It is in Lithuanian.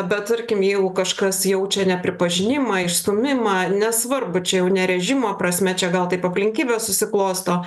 bet tarkim jeigu kažkas jaučia nepripažinimą išstūmimą nesvarbu čia jau ne režimo prasme čia gal taip aplinkybės susiklosto